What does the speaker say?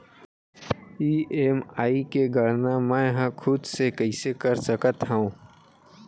EMI के गड़ना मैं हा खुद से कइसे कर सकत हव?